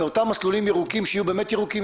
ואותם מסלולים ירוקים שיהיו באמת ירוקים,